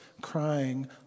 crying